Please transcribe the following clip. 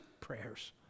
prayers